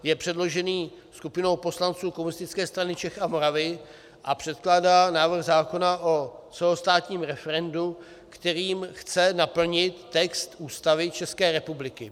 Je předložen skupinou poslanců Komunistické strany Čech a Moravy a předkládá návrh zákona o celostátním referendu, kterým chce naplnit text Ústavy České republiky.